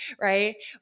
Right